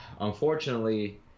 unfortunately